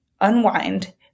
unwind